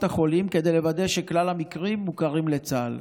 החולים כדי לוודא שכל המקרים מוכרים לצה"ל.